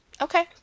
Okay